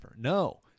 No